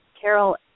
Carol